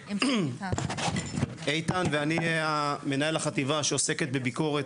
אני איתן ואני מנהל החטיבה שעוסקת בביקורת